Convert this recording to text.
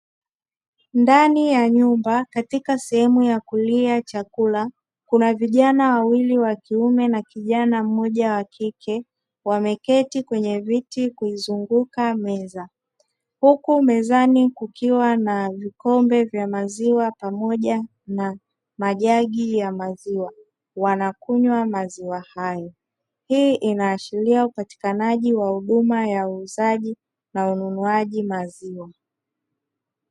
Ndani ya nyumba katika sehemu ya kulia chakula kuna vijana wawili wa kiume na kijana mmoja wa kike wameketi kwenye viti kuizunguka meza, huku mezani kukiwa na vikombe vya maziwa pamoja na majagi ya maziwa wanakunywa maziwa hayo, hii inaashiria upatikanaji wa huduma ya uuzaji na ununuaji maziwa.